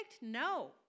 No